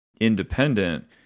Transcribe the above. independent